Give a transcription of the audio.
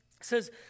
says